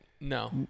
No